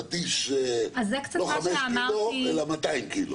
פטיש לא חמש קילו אלא 200 קילו.